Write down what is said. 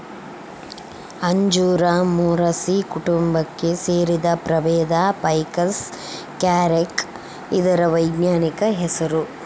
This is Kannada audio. ಅಂಜೂರ ಮೊರಸಿ ಕುಟುಂಬಕ್ಕೆ ಸೇರಿದ ಪ್ರಭೇದ ಫೈಕಸ್ ಕ್ಯಾರಿಕ ಇದರ ವೈಜ್ಞಾನಿಕ ಹೆಸರು